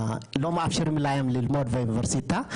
לא מאפשרים להם ללמוד באוניברסיטה,